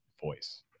voice